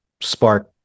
spark